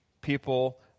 people